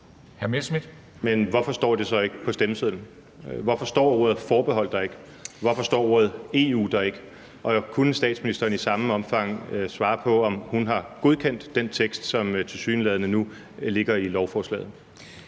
Men hvorfor står det så ikke på stemmesedlen? Hvorfor står ordet forbehold der ikke? Hvorfor står ordet EU der ikke? Kunne statsministeren i samme ombæring svare på, om hun har godkendt den tekst, som tilsyneladende nu ligger i lovforslaget?